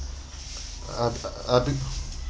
uh a bit